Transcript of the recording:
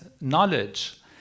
knowledge